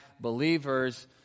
believers